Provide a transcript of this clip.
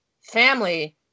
family